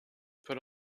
put